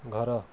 ଘର